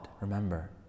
remember